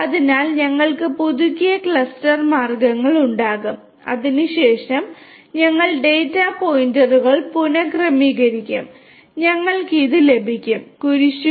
അതിനാൽ ഞങ്ങൾക്ക് പുതുക്കിയ ക്ലസ്റ്റർ മാർഗങ്ങൾ ഉണ്ടാകും അതിനുശേഷം ഞങ്ങൾ ഡാറ്റാ പോയിന്റുകൾ പുനക്രമീകരിക്കും ഞങ്ങൾക്ക് ഇത് ലഭിക്കും കുരിശുകൾ